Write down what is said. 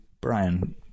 Brian